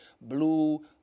blue